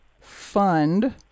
fund